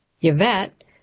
Yvette